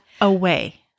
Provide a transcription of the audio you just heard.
away